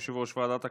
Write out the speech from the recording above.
יושב-ראש ועדת הכנסת.